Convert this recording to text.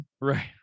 Right